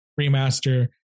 remaster